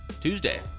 Tuesday